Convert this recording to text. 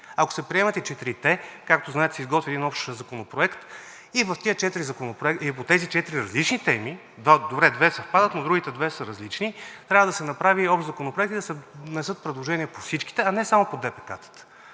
Ако се приемат и четирите, както знаете, се изготвя един общ законопроект. По тези четири различни теми – добре, две съвпадат, но другите две са различни – трябва да се направи общ законопроект и да се внесат предложения по всичките, а не само по ДПК-тата.